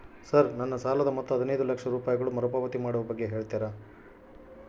Sir ನನ್ನ ಸಾಲದ ಮೊತ್ತ ಹದಿನೈದು ಲಕ್ಷ ರೂಪಾಯಿಗಳು ಮರುಪಾವತಿ ಮಾಡುವ ಬಗ್ಗೆ ಹೇಳ್ತೇರಾ?